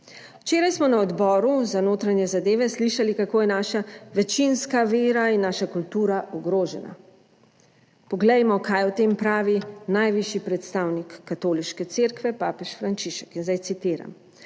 Včeraj smo na Odboru za notranje zadeve slišali, kako je naša večinska vera in naša kultura ogrožena. Poglejmo kaj o tem pravi najvišji predstavnik katoliške cerkve, papež Frančišek,